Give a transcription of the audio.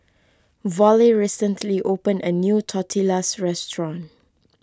Vollie recently opened a new Tortillas restaurant